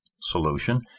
Solution